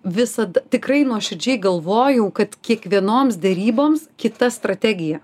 visad tikrai nuoširdžiai galvojau kad kiekvienoms deryboms kita strategija